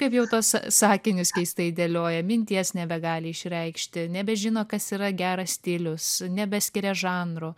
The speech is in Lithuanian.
kaip jau tuos sakinius keistai dėlioja minties nebegali išreikšti nebežino kas yra geras stilius nebeskiria žanrų